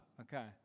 Okay